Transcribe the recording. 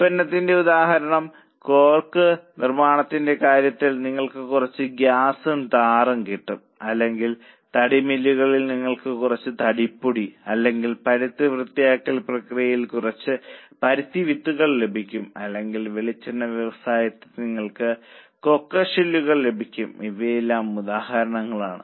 ഉൽപന്നത്തിന്റെ ഉദാഹരണം കോക്ക് നിർമ്മാണത്തിന്റെ കാര്യത്തിൽ നിങ്ങൾക്ക് കുറച്ച് ഗ്യാസും ടാറും കിട്ടും അല്ലെങ്കിൽ തടി മില്ലുകളിൽ നിങ്ങൾക്ക് കുറച്ച് തടി പൊടി അല്ലെങ്കിൽ പരുത്തി വൃത്തിയാക്കൽ പ്രക്രിയകളിൽ കുറച്ച് പരുത്തി വിത്തുകൾ ലഭിക്കും അല്ലെങ്കിൽ വെളിച്ചെണ്ണ വ്യവസായത്തിൽ നിങ്ങൾക്ക് കൊക്ക ഷെല്ലുകൾ ലഭിക്കും ഇവയെല്ലാം ഉദാഹരണങ്ങളാണ്